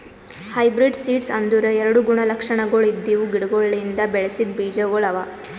hybrid seeds ಅಂದುರ್ ಎರಡು ಗುಣ ಲಕ್ಷಣಗೊಳ್ ಇದ್ದಿವು ಗಿಡಗೊಳಿಂದ್ ಬೆಳಸಿದ್ ಬೀಜಗೊಳ್ ಅವಾ